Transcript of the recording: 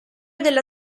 della